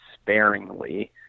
sparingly